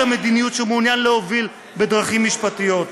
המדיניות שהוא מעוניין להוביל בדרכים משפטיות.